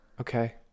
Okay